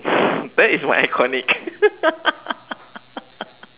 that is my iconic